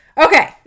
Okay